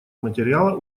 материала